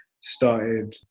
started